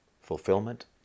fulfillment